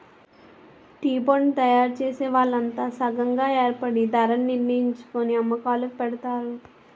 టీపొడిని తయారుచేసే వాళ్లంతా సంగం గాయేర్పడి ధరణిర్ణించుకొని అమ్మకాలుకి పెడతారు